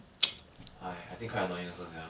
I I think quite annoying also sia